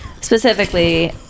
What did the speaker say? specifically